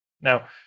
Now